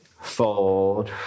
Fold